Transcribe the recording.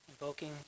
invoking